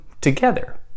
together